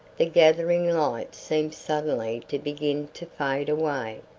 the gathering light seemed suddenly to begin to fade away.